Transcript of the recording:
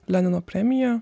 lenino premija